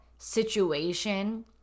situation